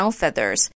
feathers